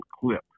clip